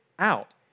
out